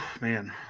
Man